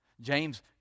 James